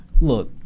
Look